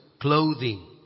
clothing